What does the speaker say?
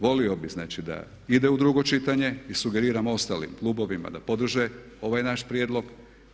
Volio bih znači da ide u drugo čitanje i sugeriram ostalim klubovima da podrže ovaj naš prijedlog.